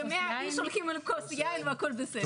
ו-100 איש הולכים עם כוס יין והכול בסדר.